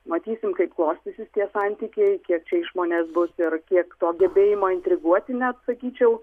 matysim kaip klostysis tie santykiai kiek čia išmonės bus ir kiek to gebėjimo intriguoti net sakyčiau